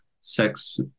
sex